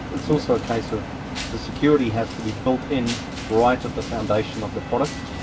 it's also a case of the security has to be built in right at the foundation of the product,